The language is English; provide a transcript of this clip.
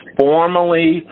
formally